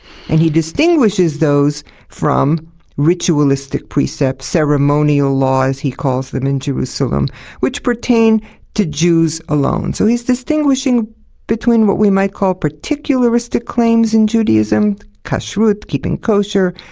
and he distinguishes those from ritualistic precepts ceremonial laws, he calls them in jerusalem which pertain to jews alone. so he's distinguishing between what we might call particularistic claims in judaism kashrut, keeping kosher,